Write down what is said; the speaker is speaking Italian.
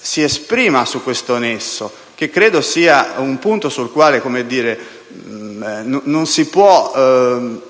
si esprima su questo nesso, che credo sia un punto sul quale non si può